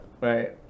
right